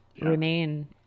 remain